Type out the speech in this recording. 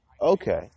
Okay